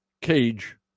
cage